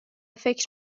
فکر